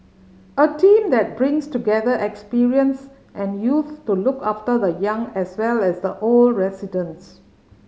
a team that brings together experience and youth to look after the young as well as the old residents